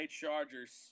Chargers